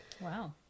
Wow